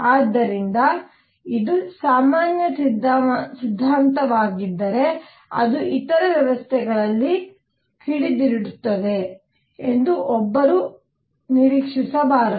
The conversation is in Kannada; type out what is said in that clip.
ಆದ್ದರಿಂದ ಇದು ಸಾಮಾನ್ಯ ಸಿದ್ಧಾಂತವಾಗಿದ್ದರೆ ಅದು ಇತರ ವ್ಯವಸ್ಥೆಗಳಲ್ಲಿ ಹಿಡಿದಿಡುತ್ತದೆ ಎಂದು ಒಬ್ಬರು ನಿರೀಕ್ಷಿಸಬಾರದು